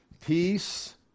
peace